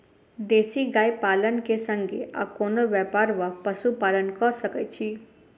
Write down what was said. देसी गाय पालन केँ संगे आ कोनों व्यापार वा पशुपालन कऽ सकैत छी?